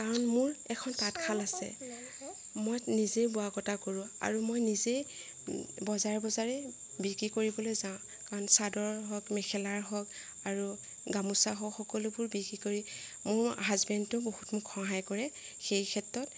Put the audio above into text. কাৰণ মোৰ এখন তাঁতশাল আছে মই নিজেই বোৱা কটা কৰোঁ আৰু নিজেই বজাৰে বজাৰে বিক্ৰী কৰিবলৈ যাওঁ কাৰণ চাদৰ হওক মেখেলাৰ হওক আৰু গামোচা হওক সকলোবোৰ বিক্ৰী কৰি মোৰ হাজবেণ্ডো বহুত মোক সহায় কৰে সেই ক্ষেত্ৰত